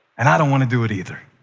and i don't want to do it either.